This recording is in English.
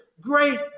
great